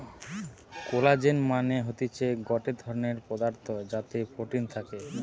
collagen মানে হতিছে গটে ধরণের পদার্থ যাতে প্রোটিন থাকে